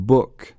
Book